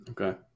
Okay